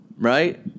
Right